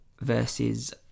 Versus